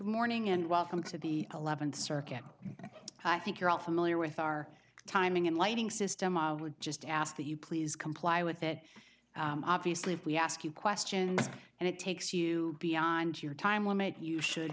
morning and welcome to the eleventh circuit i think you're all familiar with our timing and lighting system i would just ask that you please comply with that obviously if we ask you questions and it takes you beyond your time will make you should